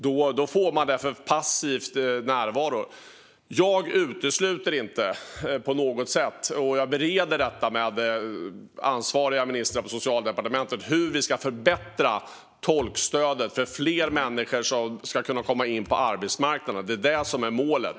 Det blir en passiv närvaro. Jag utesluter inte på något sätt en förbättring av tolkstödet för att fler människor ska kunna komma in på arbetsmarknaden, och jag bereder detta med ansvariga ministrar på socialdepartementet. Det är detta som är målet.